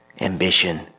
ambition